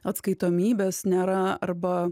atskaitomybės nėra arba